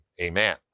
amen